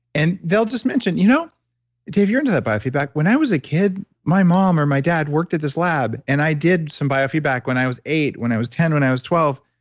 and they'll just mention, you know dave, you're into that biofeedback. when i was a kid, my mom or my dad worked at this lab and i did some biofeedback when i was eight, when i was ten, when i was twelve,